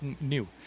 new